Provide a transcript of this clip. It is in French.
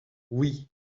oui